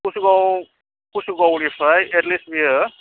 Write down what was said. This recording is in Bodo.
कुसुगाव कसुगावनिफ्राय एटलिस्ट बेयो